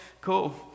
cool